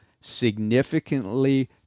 significantly